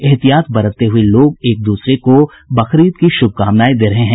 एहतियात बरतते हुये लोग एक दूसरे को बकरीद की शुभकामनाएं दे रहे हैं